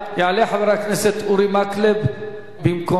יעלה חבר הכנסת אורי מקלב במקומי,